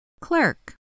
Clerk